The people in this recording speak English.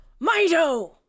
Mido